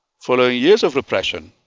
following years of oppression,